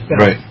Right